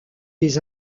des